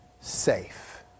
safe